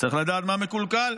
צריך לדעת מה מקולקל.